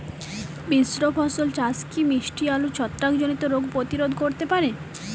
মিশ্র ফসল চাষ কি মিষ্টি আলুর ছত্রাকজনিত রোগ প্রতিরোধ করতে পারে?